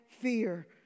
fear